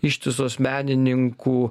ištisos menininkų